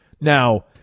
Now